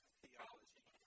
theology